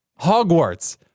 Hogwarts